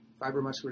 fibromuscular